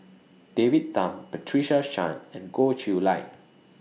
David Tham Patricia Chan and Goh Chiew Lye